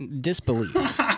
disbelief